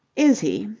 is he?